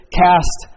cast